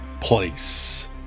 place